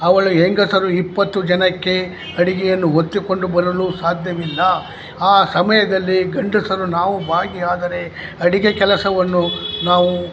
ಅವಳು ಹೆಂಗಸರು ಇಪ್ಪತ್ತು ಜನಕ್ಕೆ ಅಡುಗೆಯನ್ನು ಹೊತ್ತುಕೊಂಡು ಬರಲು ಸಾಧ್ಯವಿಲ್ಲ ಆ ಸಮಯದಲ್ಲಿ ಗಂಡಸರು ನಾವು ಬಾಗಿ ಆದರೆ ಅಡುಗೆ ಕೆಲಸವನ್ನು ನಾವು